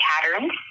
patterns